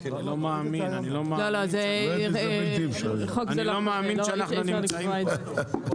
אני לא מאמין שאנחנו נמצאים פה.